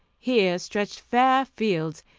here stretched fair fields,